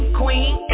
queen